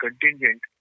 contingent